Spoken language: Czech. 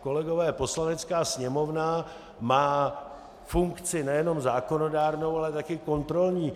Kolegové, Poslanecká sněmovna má funkci nejenom zákonodárnou, ale taky kontrolní.